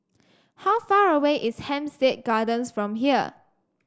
how far away is Hampstead Gardens from here